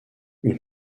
une